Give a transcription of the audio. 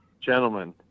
Gentlemen